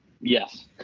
Yes